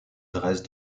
dresse